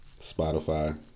Spotify